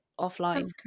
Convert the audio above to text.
offline